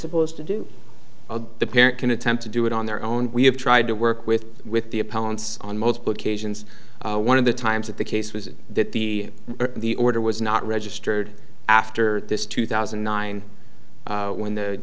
supposed to do the parent can attempt to do it on their own we have tried to work with with the appellants on multiple occasions one of the times that the case was that the the order was not registered after this two thousand and nine when the